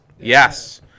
Yes